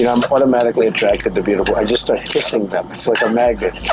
and i'm automatically attracted to beautiful. i just start kissing them it's like a magnet.